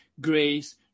grace